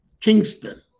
Kingston